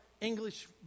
English